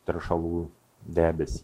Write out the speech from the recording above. teršalų debesį